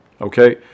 okay